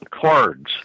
Cards